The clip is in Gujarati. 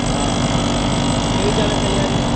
હા કેવી ચાલે તૈયારી